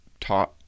taught